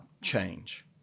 change